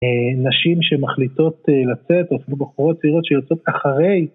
נשים שמחליטות לצאת או בחורות צעירות שיוצאות אחרי